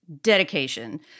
dedication